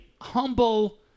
humble